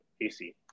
AC